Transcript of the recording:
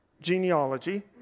genealogy